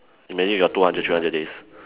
imagine you got two hundred three hundred days